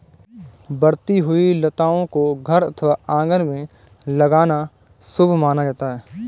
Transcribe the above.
बढ़ती हुई लताओं को घर अथवा आंगन में लगाना शुभ माना जाता है